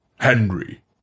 Henry